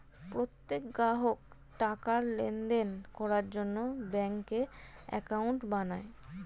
প্রত্যেক গ্রাহক টাকার লেনদেন করার জন্য ব্যাঙ্কে অ্যাকাউন্ট বানায়